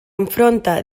enfronta